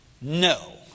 No